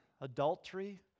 adultery